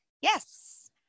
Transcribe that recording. Yes